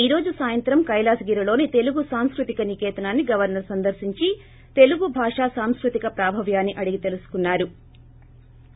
ఈ రోజు సాయంత్రం కైలాసగిరిలోని తెలుగు సంస్కృతిక నికేతనాన్ని గవర్పర్ సందర్రించి తెలుగుభాషా సంస్కృతిక ప్రాభావ్యాన్ని అడిగి తెలుసుకున్నారు